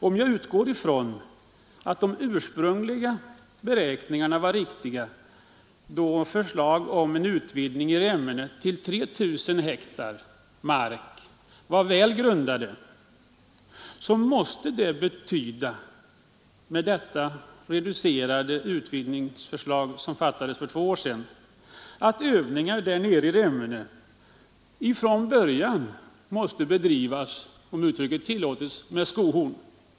Om jag utgår från att de ursprungliga beräkningarna, som låg bakom förslaget om en utvidgning i Remmene till 3 000 hektar mark, var väl grundade, måste det beslut om en reducerad utvidgning som fattades för två år sedan innebära att övningarna i Remmene från början måste bedrivas — om uttrycket tillåts — med skohorn.